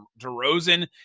DeRozan